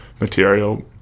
material